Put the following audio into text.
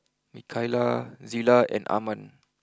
Mikaila Zela and Armand